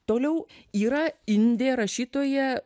toliau yra indė rašytoja